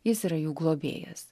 jis yra jų globėjas